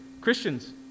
Christians